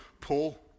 Paul